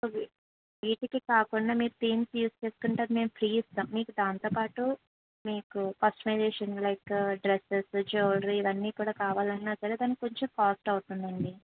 వీటికి కాకుండా మీరు థీమ్స్ యూజ్ చేసుకుంటే అది మేము ఫ్రీ ఇస్తాం మీకు దానితోపాటు మీకు కస్టమైజేషన్ లైక్ డ్రెసెస్ జ్యువెల్లరీ ఇవన్నీ కూడా కావాలన్నా సరే దానికి కొంచెం కాస్ట్ అవుతుంది అండి